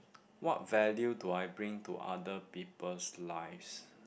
what value do I bring to other people's lives